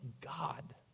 God